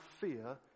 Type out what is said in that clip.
fear